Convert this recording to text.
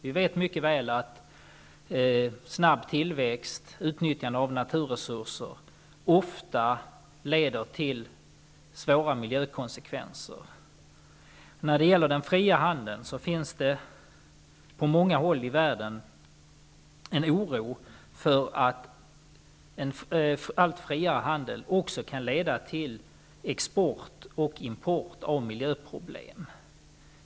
Vi vet mycket väl att snabb tillväxt och utnyttjande av naturresurser ofta leder till svåra miljökonsekvenser. När det gäller den fria handeln finns det på många håll i världen en oro för att en allt friare handel också kan leda till export och import av miljöproblem.